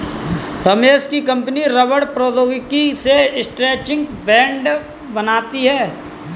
रमेश की कंपनी रबड़ प्रौद्योगिकी से स्ट्रैचिंग बैंड बनाती है